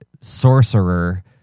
sorcerer